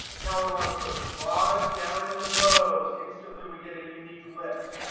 now we want to put product down in the rows. instantly we get a unique list.